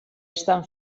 estan